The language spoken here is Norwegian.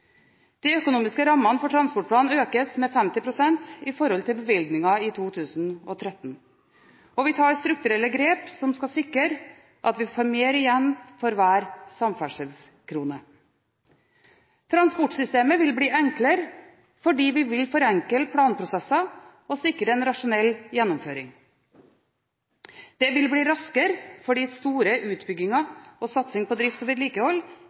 De økonomiske rammene for transportplanen økes med 50 pst. i forhold til bevilgningene i 2013, og vi tar strukturelle grep som skal sikre at vi får mer igjen for hver samferdselskrone. Transportsystemet vil bli enklere fordi vi vil forenkle planprosesser og sikre en rasjonell gjennomføring. Det vil bli raskere fordi store utbygginger og satsing på drift og vedlikehold